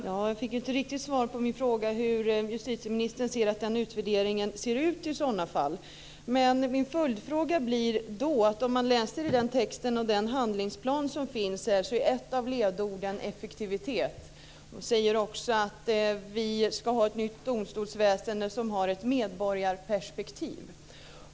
Fru talman! Jag fick inte riktigt svar på min fråga om hur justitieministern i sådana fall anser att den utvärderingen ser ut. Om man läser i den handlingsplan som finns ser man att ett av ledorden är "effektivitet". Det står också att vi ska ha ett nytt domstolsväsende som har ett medborgarperspektiv.